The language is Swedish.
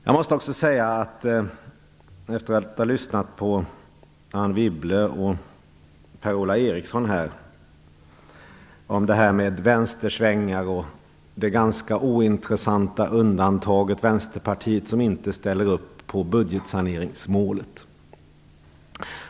Jag har lyssnat på Anne Wibble och Per-Ola Eriksson när de pratade om västersvängar och det ganska ointressanta undantaget Vänsterpartiet som inte ställer upp på budgetsaneringsmålet.